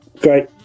great